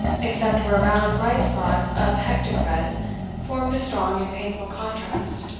except where a round bright spot of hectic red formed a strong and painful contrast,